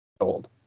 old